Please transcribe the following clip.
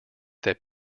that